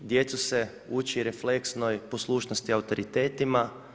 Djecu se uči refleksnoj poslušnosti autoritetima.